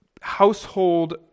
household